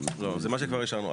זה מה שכבר אישרנו,